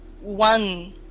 one